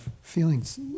feelings